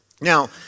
Now